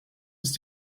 ist